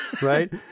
right